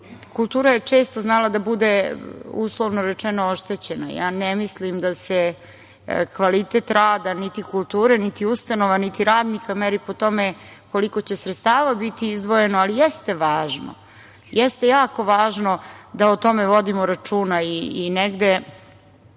kultura je često znala da bude, uslovno rečeno, oštećena. Ja ne mislim da se kvalitet rada, niti kulture, niti ustanova, niti radnika, meri po tome koliko će sredstava biti izdvojeno, ali jeste važno, jeste jako važno da o tome vodimo računa. Juče